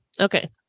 okay